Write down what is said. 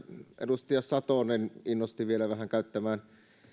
edustaja satonen innosti vielä vähän käyttämään